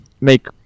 make